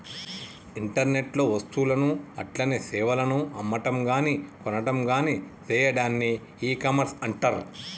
internet లో వస్తువులను అట్లనే సేవలను అమ్మటంగాని కొనటంగాని సెయ్యాడాన్ని ఇకామర్స్ అంటర్